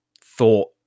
thought